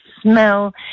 smell